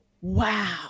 wow